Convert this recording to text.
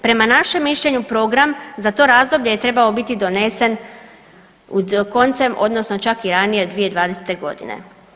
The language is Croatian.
Prema našem mišljenju program za to razdoblje je treba biti donesen koncem odnosno čak i ranije 2020. godine.